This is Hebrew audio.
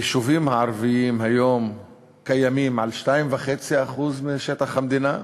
היישובים הערביים היום קיימים על 2.5% משטח המדינה.